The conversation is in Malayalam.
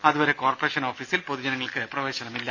അതുവരെ കോർപ്പറേഷൻ ഓഫിസിൽ പൊതുജനങ്ങൾക്ക് പ്രവേശനമില്ല